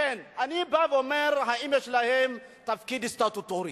לכן אני בא ואומר: האם יש להם תפקיד סטטוטורי?